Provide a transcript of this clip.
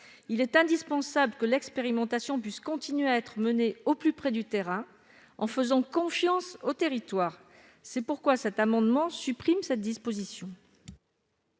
Il est indispensable que l'expérimentation puisse continuer à être menée au plus près du terrain, en faisant confiance au territoire. C'est pourquoi, au travers de cet amendement,